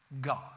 God